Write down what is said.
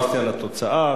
נתקבלה.